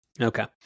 Okay